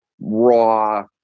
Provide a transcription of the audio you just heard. raw